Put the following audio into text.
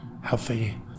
healthy